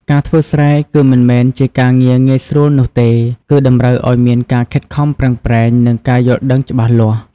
ការធ្វើស្រែគឺមិនមែនជាការងារងាយស្រួលនោះទេ គឺតម្រូវឱ្យមានការខិតខំប្រឹងប្រែងខ្ពស់និងការយល់ដឹងច្បាស់លាស់។